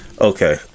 Okay